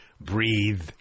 breathe